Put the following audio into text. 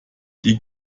die